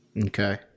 Okay